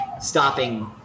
stopping